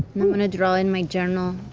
i'm going to draw in my journal